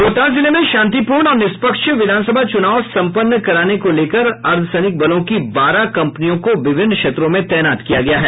रोहतास जिले में शांतिपूर्ण और निष्पक्ष विधानसभा चूनाव कराने को लेकर बारह कंपनी अर्धसैनिक बलों की बारह कम्पनियों को विभिन्न क्षेत्रों में तैनात किया गया है